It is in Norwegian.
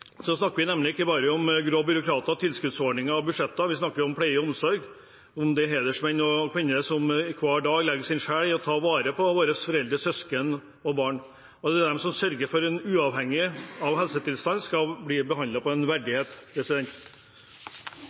snakker vi nemlig ikke bare om grå byråkrater, tilskuddsordninger og budsjetter. Vi snakker om pleie og omsorg, om de hedersmenn og -kvinner som hver dag legger sin sjel i å ta vare på våre foreldre, søsken og barn. Det er de som sørger for at en, uavhengig av helsetilstand, skal bli behandlet med verdighet.